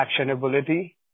actionability